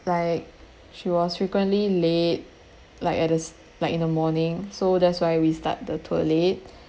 like she was frequently late like at the like in the morning so that's why we start the tour late